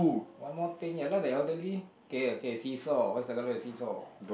one more thing ya lah the elderly okay okay seesaw what is the colour of the seesaw